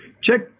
check